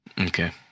Okay